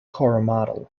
coromandel